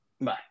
Bye